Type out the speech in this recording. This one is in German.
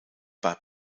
bei